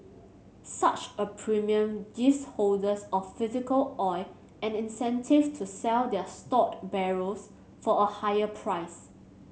such a premium gives holders of physical oil an incentive to sell their stored barrels for a higher price